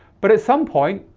but at some point,